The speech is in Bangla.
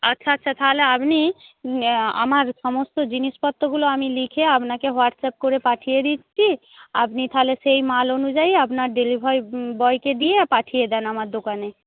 আচ্ছা আচ্ছা তাহলে আপনি আমার সমস্ত জিনিসপত্রগুলো আমি লিখে আপনাকে হোয়াটসঅ্যাপ করে পাঠিয়ে দিচ্ছি আপনি তাহলে সেই মাল অনুযায়ী আপনার ডেলিভারি বয়কে দিয়ে পাঠিয়ে দিন আমার দোকানে